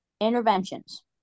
interventions